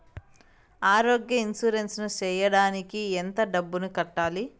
ఆరోగ్య ఇన్సూరెన్సు సేయడానికి ఎంత డబ్బుని కట్టాలి?